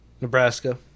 Nebraska